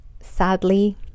sadly